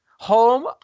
Home